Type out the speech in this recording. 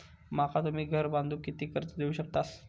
माका तुम्ही घर बांधूक किती कर्ज देवू शकतास?